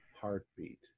heartbeat